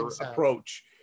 approach